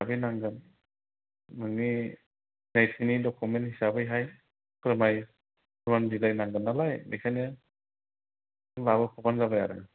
दा बे नांगोन नोंनि बेखिनि डकुमेन्ट हिसाबैहाय फोरमाय फोरमान बिलाय नांगोन नालाय बेखायनो लाबोफाबानो जाबाय आरो